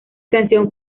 canción